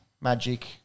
Magic